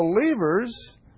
believers